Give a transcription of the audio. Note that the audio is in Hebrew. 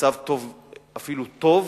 המצב אפילו טוב,